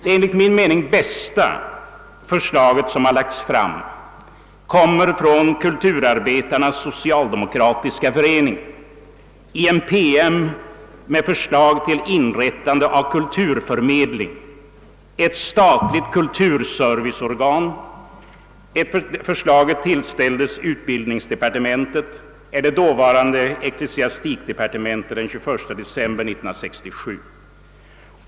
Det enligt min mening bästa förslaget kommer från Kulturarbetarnas socialdemokratiska förening, i form av en PM med förslag till inrättande av Kulturförmedling, d.v.s. ett statligt kulturserviceorgan. Det förslaget tillställdes utbildningsdepartementet — dåvarande ecklesiastikdepartementet — den 21 december 1967.